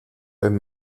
beim